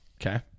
Okay